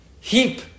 heap